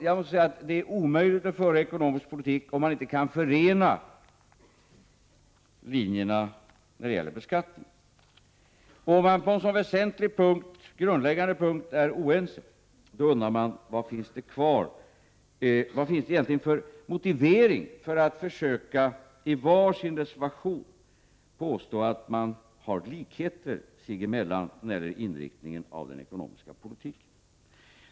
Jag måste säga att det är omöjligt att föra ekonomisk politik, om man inte kan förena linjerna när det gäller beskattningen. Om de borgerliga partierna är oense på en sådan väsentlig och grundläggande punkt, undrar jag vad det egentligen finns för motivering för att de i var sin reservation påstår att de har likheter sig emellan när det gäller inriktningen av den ekonomiska politiken.